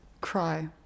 Cry